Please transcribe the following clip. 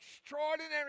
extraordinary